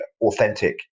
authentic